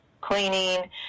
cleaning